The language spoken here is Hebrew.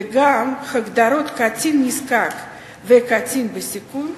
וגם הגדרות "קטין נזקק" ו"קטין בסיכון",